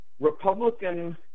Republican